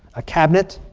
a cabinet,